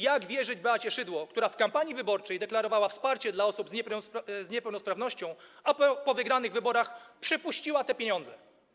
Jak wierzyć Beacie Szydło, która w kampanii wyborczej deklarowała wsparcie dla osób z niepełnosprawnością, a po wygranych wyborach przepuściła te pieniądze?